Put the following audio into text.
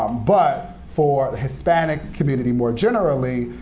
um but for the hispanic community more generally,